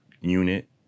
unit